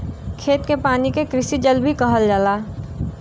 खेत के पानी के कृषि जल भी कहल जाला